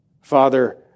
Father